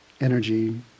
energy